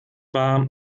war